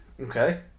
Okay